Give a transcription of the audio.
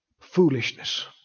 Foolishness